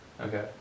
Okay